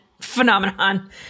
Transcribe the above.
phenomenon